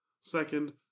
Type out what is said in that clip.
Second